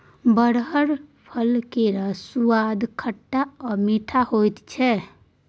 बरहर फल केर सुआद खट्टा आ मीठ होइ छै